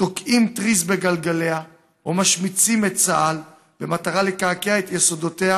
תוקעים טריז בגלגליה או משמיצים את צה"ל במטרה לקעקע את יסודותיה